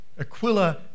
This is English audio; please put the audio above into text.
Aquila